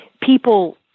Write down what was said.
people